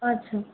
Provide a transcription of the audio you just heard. আচ্ছা